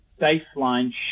baseline